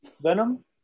Venom